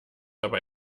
aber